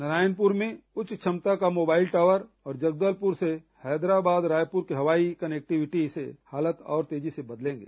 नारायणपुर में उच्च क्षमता का मोबाइल टॉवर और जगदलपुर से हैदराबाद रायपुर की हवाई कनेक्टिविटी से हालात और तेजी से बदलेंगे